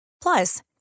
Plus